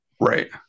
right